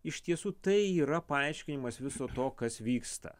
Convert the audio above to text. iš tiesų tai yra paaiškinimas viso to kas vyksta